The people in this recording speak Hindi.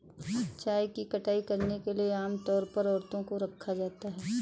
चाय की कटाई करने के लिए आम तौर पर औरतों को रखा जाता है